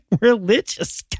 religious